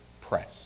press